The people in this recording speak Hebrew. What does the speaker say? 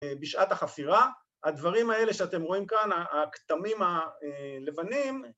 בשעת החפירה, הדברים האלה שאתם רואים כאן, הכתמים הלבנים